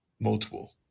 multiple